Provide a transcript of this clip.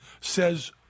says